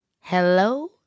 Hello